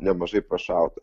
nemažai prašauta